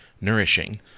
nourishing